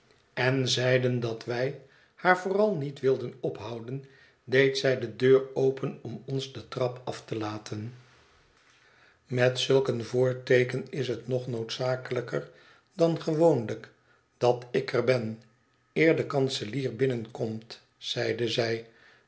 en zeiden dat wij haar vooral niet wilden ophouden deed zij de deur open om ons de trap af te laten met zulk een voorteeken is het nog noodzakelijker dan gewoonlijk dat ik er ben eer de kanselier binnenkomt zeide zij